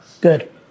Good